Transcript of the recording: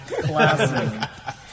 classic